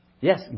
Yes